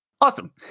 Awesome